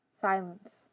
silence